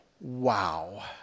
Wow